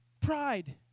Pride